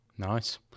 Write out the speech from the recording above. Nice